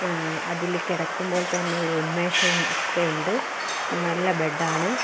അതിൽ കിടക്കുമ്പോൾ തന്നെ ഒരു ഉന്മേഷം ഒക്കെയുണ്ട് നല്ല ബെഡ്